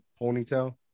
ponytail